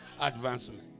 advancement